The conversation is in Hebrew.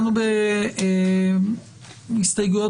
אנחנו חוזרים לעמוד 1. יש הסתייגויות